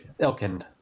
Elkind